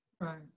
Right